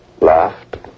laughed